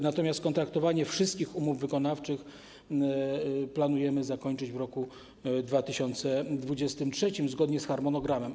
Natomiast kontraktowanie wszystkich umów wykonawczych planujemy zakończyć w roku 2023 zgodnie z harmonogramem.